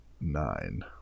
Nine